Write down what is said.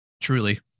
Truly